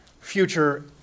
future